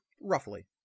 Roughly